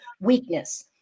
weakness